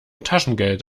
taschengeld